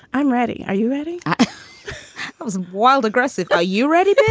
i'm ready. are you ready? i was wild, aggressive. are you ready?